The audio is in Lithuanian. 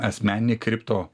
asmeninį kripto